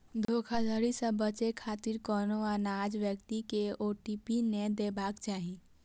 धोखाधड़ी सं बचै खातिर कोनो अनजान व्यक्ति कें ओ.टी.पी नै देबाक चाही